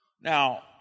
Now